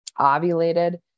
ovulated